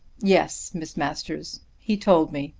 yes, miss masters. he told me,